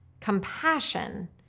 compassion